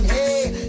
Hey